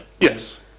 yes